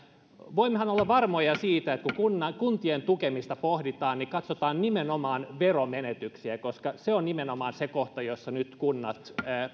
voimmehan olla varmoja siitä että kun kuntien tukemista pohditaan niin katsotaan nimenomaan veromenetyksiä koska se on nimenomaan se kohta jossa nyt kunnat